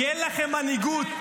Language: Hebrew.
כי אין לכם מנהיגות,